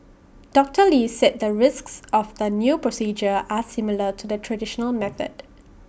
doctor lee said the risks of the new procedure are similar to the traditional method